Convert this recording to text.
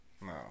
No